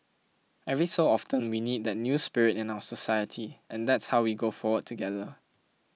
every so often we need that new spirit in our society and that how we go forward together